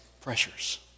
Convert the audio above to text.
pressures